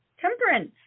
temperance